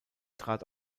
trat